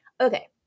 okay